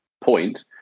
point